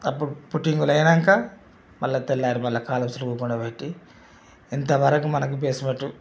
అప్పుడు పుట్టింగులు అయినాక మళ్ళా తెల్లారి మళ్ళా కాలమ్స్లు ఊకుండపెట్టి ఇంతవరకు మనకు బేస్మెంటు